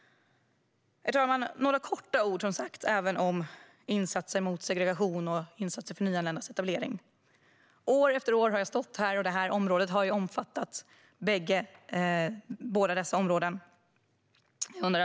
Herr talman! Några korta ord även om insatser mot segregation samt insatser för nyanländas etablering. År efter år har jag stått här och båda dessa områden har omfattats. Så även i dag.